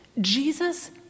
Jesus